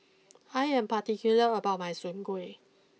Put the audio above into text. I am particular about my Soon Kuih